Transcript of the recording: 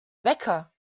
wecker